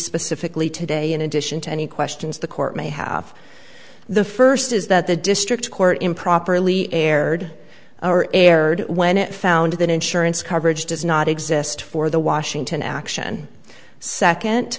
specifically today in addition to any questions the court may have the first is that the district court improperly erred or erred when it found that insurance coverage does not exist for the washington action second